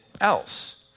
else